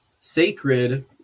sacred